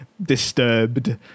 Disturbed